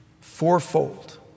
fourfold